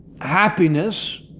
happiness